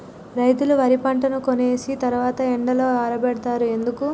రైతులు వరి పంటను కోసిన తర్వాత ఎండలో ఆరబెడుతరు ఎందుకు?